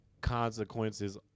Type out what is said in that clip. consequences